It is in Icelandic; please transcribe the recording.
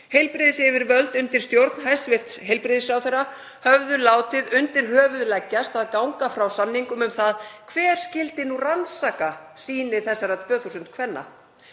Heilbrigðisyfirvöld undir stjórn hæstv. heilbrigðisráðherra höfðu látið undir höfuð leggjast að ganga frá samningum um það hver skyldi nú rannsaka sýni þessara 2.000 kvenna.